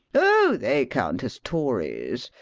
oh, they count as tories.